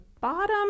bottom